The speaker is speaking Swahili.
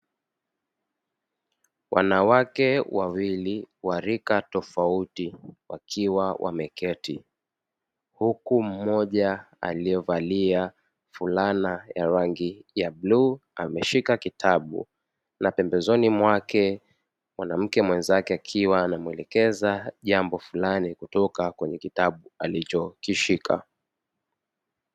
Wanawake wawili wa rika tofauti wakiwa wameketi, huku mmoja aliyevalia fulana ya rangi ya bluu ameshika kitabu, na pembezoni mwake mwanamke mwenzake anamuelekeza jambo fulani kutoka kwenye kitabu alichokishika.